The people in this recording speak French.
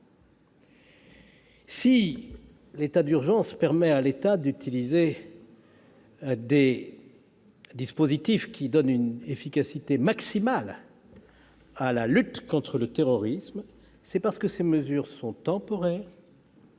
Si l'état d'urgence permet à l'État d'utiliser des dispositifs conférant une efficacité maximale à la lutte contre le terrorisme, c'est parce que ces mesures sont temporaires,